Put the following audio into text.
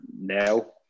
now